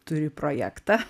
turi projektą